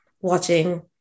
watching